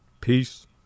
Peace